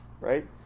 right